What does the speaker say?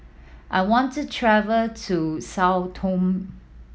I want to travel to Sao Tome